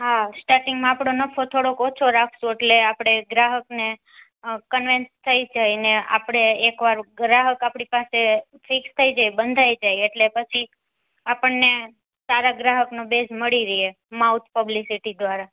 હા સ્ટાર્ટિંગમાં આપણો નફો થોડોક ઓછો રાખશું એટલે આપણે ગ્રાહકને કનવેન્સ થઈ જાય ને આપણે એકવાર ગ્રાહક આપણી પાસે ફિક્સ થઈ જાય બંધાઈ જાય એટલે પછી આપણને સારા ગ્રાહકનું બેઝ મળી રહે માઉથ પબ્લિસિટી દ્વારા